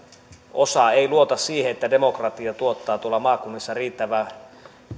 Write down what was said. osa ei luota siihen että demokratia tuottaa tuolla maakunnissa riittävän